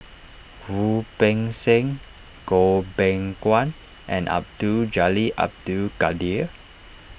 Wu Peng Seng Goh Beng Kwan and Abdul Jalil Abdul Kadir